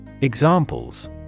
Examples